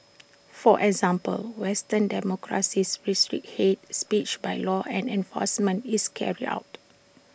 for example western democracies restrict hate speech by law and enforcement is carried out